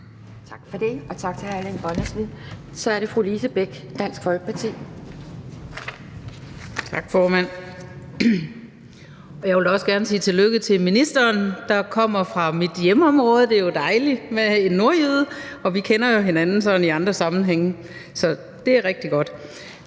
Tak for det, og tak til hr. Erling Bonnesen. Så er det fru Lise Bech, Dansk Folkeparti. Kl. 20:24 (Ordfører) Lise Bech (DF): Tak, formand. Jeg vil da også gerne sige tillykke til ministeren, der kommer fra mit hjemområde. Det er dejligt med en nordjyde, og vi kender jo hinanden fra andre sammenhænge, så det er rigtig godt.